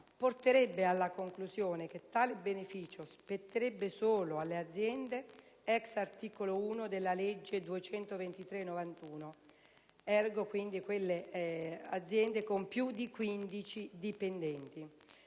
porterebbe alla conclusione che tale beneficio spetterebbe solo alle aziende *ex* articolo 1 della legge n. 223 del 1991, *ergo* quelle con più di 15 dipendenti.